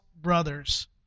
brothers